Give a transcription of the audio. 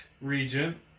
region